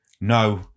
no